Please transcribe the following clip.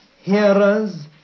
hearers